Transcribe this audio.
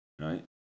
right